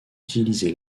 utilisé